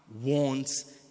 wants